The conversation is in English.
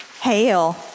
Hail